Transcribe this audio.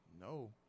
No